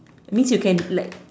means you can like